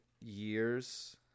years